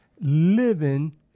living